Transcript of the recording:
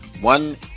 one